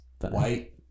White